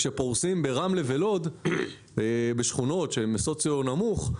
כאשר פורסים ברמלה ולוד בשכונות שהן סוציו נמוך,